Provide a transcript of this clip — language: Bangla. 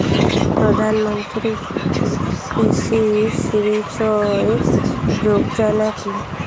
প্রধানমন্ত্রী কৃষি সিঞ্চয়ী যোজনা কি?